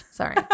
Sorry